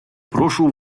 прошу